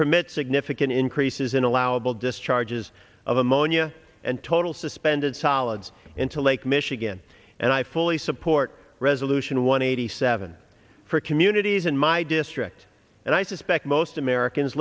permit significant increases in allowable discharges of ammonia and total suspended solids into lake michigan and i fully support resolution one eighty seven for communities in my district and i suspect most americans